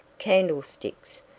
candlesticks,